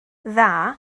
dda